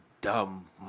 dumb